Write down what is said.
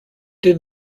did